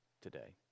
today